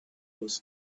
was